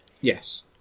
Yes